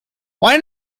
why